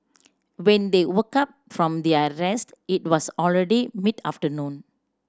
when they woke up from their rest it was already mid afternoon